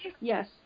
Yes